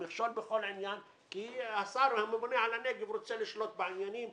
היא מהווה מכשול בכל עניין כי השר הממונה על הנגב רוצה לשלוט בעניינים,